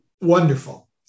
Wonderful